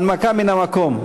הנמקה מן המקום.